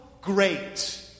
great